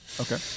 Okay